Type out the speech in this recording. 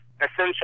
essential